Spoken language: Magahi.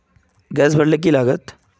गैस भरले की लागत?